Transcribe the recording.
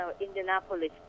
Indianapolis